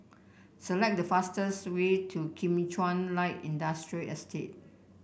select the fastest way to Kim Chuan Light Industrial Estate